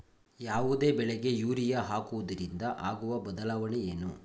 ಯಾವುದೇ ಬೆಳೆಗೆ ಯೂರಿಯಾ ಹಾಕುವುದರಿಂದ ಆಗುವ ಬದಲಾವಣೆ ಏನು?